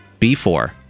B4